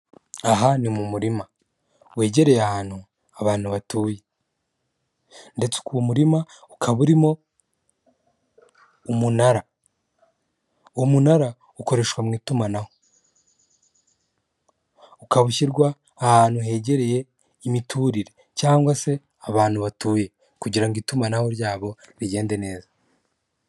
Aha ni mu murima, wegereye ahantu abantu batuye ndetse uwo murima ukaba urimo umunara. Uwo munara ukoreshwa mu itumanaho, ukaba ahantu hegereye imiturire cyangwa se abantu batuye kugira ngo itumanaho ryabo rigende neza.